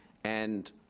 and